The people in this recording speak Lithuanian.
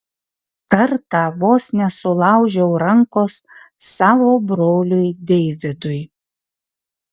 kartą vos nesulaužiau rankos savo broliui deividui